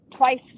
Twice